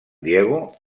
diego